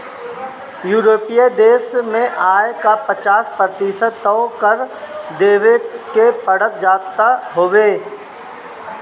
यूरोपीय देस में आय के पचास प्रतिशत तअ कर देवे के पड़ जात हवे